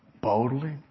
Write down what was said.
boldly